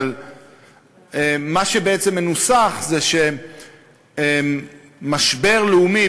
אבל מה שבעצם מנוסח זה שמשבר לאומי,